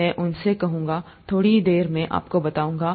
मैं उनसे कहूंगा थोड़ी देर में आपको बता दूंगा